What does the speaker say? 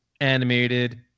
animated